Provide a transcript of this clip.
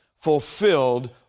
fulfilled